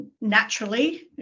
naturally